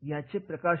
याचे प्रकाश